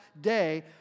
day